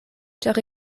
ĉar